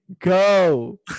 Go